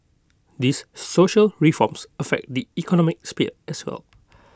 these social reforms affect the economic sphere as well